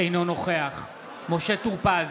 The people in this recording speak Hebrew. אינו נוכח משה טור פז,